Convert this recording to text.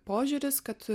požiūris kad